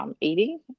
eating